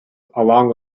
along